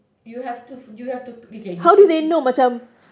you have to you have to okay you can feed